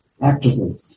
actively